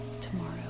tomorrow